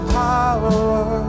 power